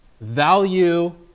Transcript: value